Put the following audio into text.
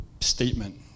statement